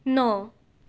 ਨੌ